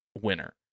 winner